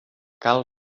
cal